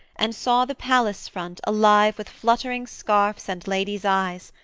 and saw the palace-front alive with fluttering scarfs and ladies' eyes,